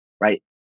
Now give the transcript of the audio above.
right